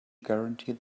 guarantee